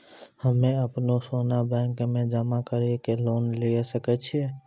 हम्मय अपनो सोना बैंक मे जमा कड़ी के लोन लिये सकय छियै?